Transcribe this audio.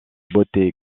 beauté